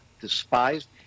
despised